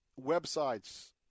websites